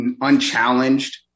unchallenged